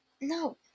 No